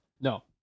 No